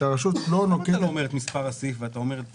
למה אתה לא אומר את מספר הסעיף ואתה אומר את